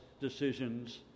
decisions